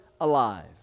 alive